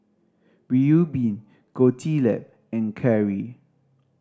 Reubin Gottlieb and Carry